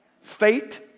Fate